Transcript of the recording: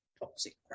toxic